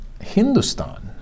Hindustan